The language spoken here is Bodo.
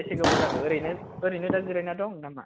बेसे गोबाव जाखो ओरैनो ओरैनो दा जिरायना दं ना मा